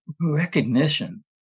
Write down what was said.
recognition